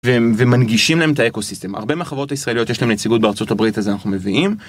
ומנגישים להם את האקוסיסטם הרבה מהחברות הישראליות יש להם נציגות בארצות הברית אז אנחנו מביאים.